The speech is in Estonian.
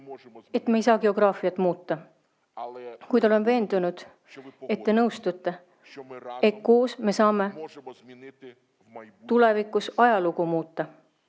et me ei saa geograafiat muuta. Kuid olen veendunud, et te nõustute, et koos me saame tulevikus ajalugu muuta.